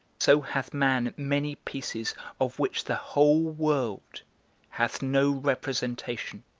so hath man many pieces of which the whole world hath no representation.